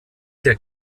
der